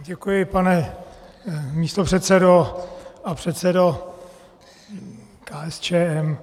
Děkuji, pane místopředsedo a předsedo KSČM.